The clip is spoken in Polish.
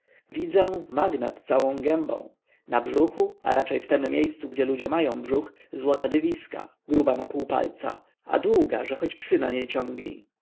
widzę magnat całą gębą na brzuchu a raczej w tem miejscu gdzie ludzie mają brzuch złota dywizka gruba na pół palca a długa że choć psy na niej ciągnij